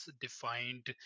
defined